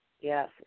Yes